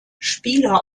spieler